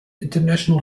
international